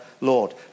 Lord